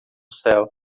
céu